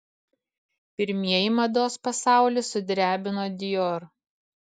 pirmieji mados pasaulį sudrebino dior